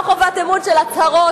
לא חובת אמון של הצהרות,